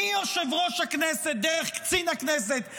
מיושב-ראש הכנסת דרך קצין הכנסת,